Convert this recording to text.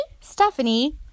Stephanie